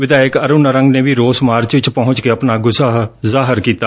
ਵਿਧਾਇਕ ਅਰੁਣ ਨਾਰੰਗ ਨੇ ਵੀ ਰੋਸ ਮਾਰਚ ਵਿਚ ਪਹੁੰਚ ਕੇ ਆਪਣਾ ਗੁੱਸਾ ਜ਼ਾਹਿਰ ਕੀਤਾ